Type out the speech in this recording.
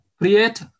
create